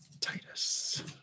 Titus